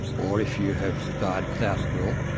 or if you have died without a will,